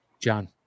John